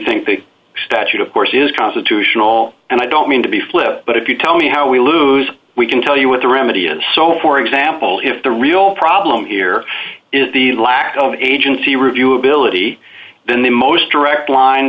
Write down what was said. think the statute of course is constitutional and i don't mean to be flip but if you tell me how we lose we can tell you what the remedy is so for example if the real problem here is the lack of agency review ability then the most direct line